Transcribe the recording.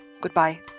Goodbye